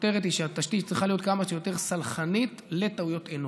הכותרת היא שהתשתית צריכה להיות כמה שיותר סלחנית לטעויות אנוש.